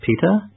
Peter